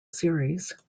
series